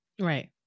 Right